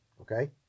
okay